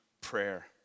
prayer